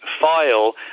file